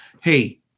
hey